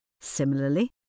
Similarly